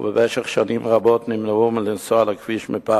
ושנים רבות נמנעו מלנסוע על הכביש מפחד.